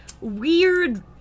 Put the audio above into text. weird